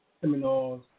seminars